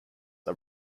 are